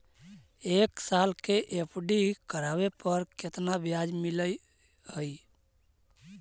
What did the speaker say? एक साल के एफ.डी करावे पर केतना ब्याज मिलऽ हइ?